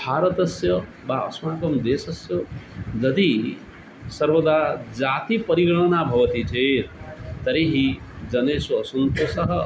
भारतस्य वा अस्माकं देशस्य दधिः सर्वदा जातिपरिगणना भवति चेत् तर्हि जनेषु असन्तोषः